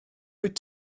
wyt